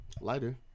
Lighter